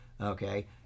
okay